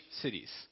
cities